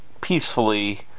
peacefully